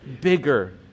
bigger